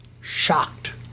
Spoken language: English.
shocked